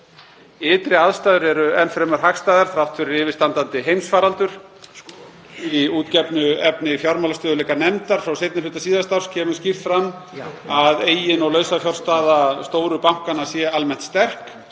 Ytri aðstæður eru enn fremur hagstæðar þrátt fyrir yfirstandandi heimsfaraldur. Í útgefnu efni fjármálastöðugleikanefndar frá seinni hluta síðasta árs kemur skýrt fram að eigin- og lausafjárstaða stóru bankanna sé almennt sterk